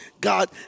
God